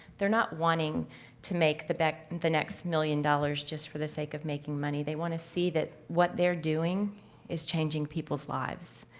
they're not wanting to make the. and the next million dollars just for the sake of making money they want to see that what they're doing is changing people's lives.